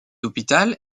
hôpital